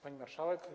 Pani Marszałek!